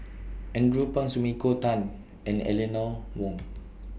Andrew Phang Sumiko Tan and Eleanor Wong